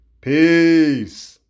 peace